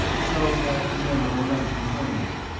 so that memorable luncheon terminated,